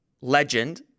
legend